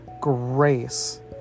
grace